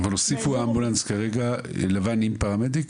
אבל הוסיפו אמבולנס כרגע לבן עם פרמדיק?